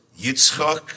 Yitzchak